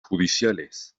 judiciales